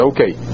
Okay